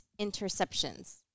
interceptions